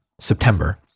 September